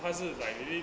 他是 like maybe